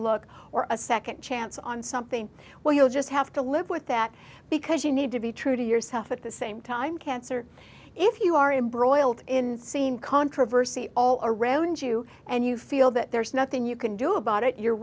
look or a second chance on something where you'll just have to live with that because you need to be true to yourself at the same time cancer if you are embroiled in seeing controversy all around you and you feel that there's nothing you can do about it you're